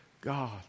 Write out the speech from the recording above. God